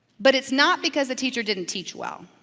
but it's not because the teacher didn't teach well,